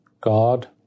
God